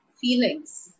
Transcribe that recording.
feelings